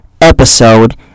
episode